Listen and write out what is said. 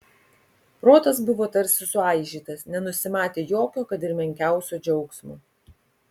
protas buvo tarsi suaižytas nenusimatė jokio kad ir menkiausio džiaugsmo